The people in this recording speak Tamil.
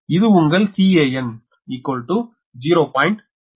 இது உங்கள் Can your 0